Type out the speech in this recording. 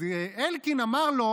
אז אלקין אמר לו: